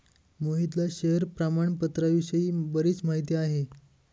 मोहितला शेअर प्रामाणपत्राविषयी बरीच माहिती आहे